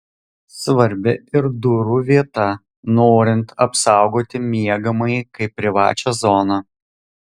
svarbi ir durų vieta norint apsaugoti miegamąjį kaip privačią zoną